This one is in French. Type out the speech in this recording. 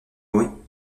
bruit